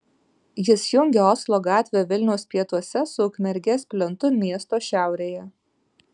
jis jungia oslo gatvę vilniaus pietuose su ukmergės plentu miesto šiaurėje